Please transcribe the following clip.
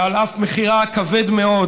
ועל אף מחירה הכבד מאוד